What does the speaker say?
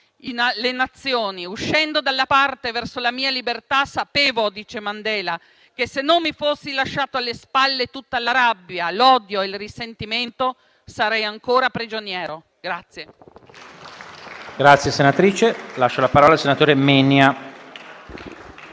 le Nazioni. Uscendo dalla porta del carcere verso la mia libertà, sapevo che, se non mi fossi lasciato alle spalle tutta la rabbia, l'odio e il risentimento, sarei ancora prigioniero».